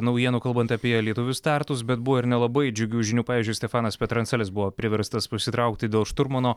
naujienų kalbant apie lietuvių startus bet buvo ir nelabai džiugių žinių pavyzdžiui stefanas petrancelis buvo priverstas pasitraukti dėl šturmano